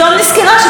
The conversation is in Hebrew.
ולה יש חבר,